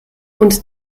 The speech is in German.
und